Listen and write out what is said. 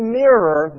mirror